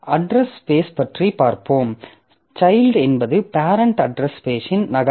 address space பற்றிப் பார்ப்போம் child என்பது பேரெண்ட் அட்ரஸ் ஸ்பேஷின் நகல்